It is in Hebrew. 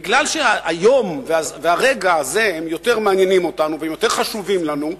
בגלל שהיום והרגע הזה יותר מעניינים אותנו ויותר חשובים לנו,